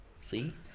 see